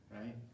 Right